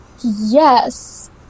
Yes